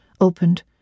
opened